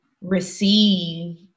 receive